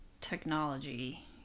technology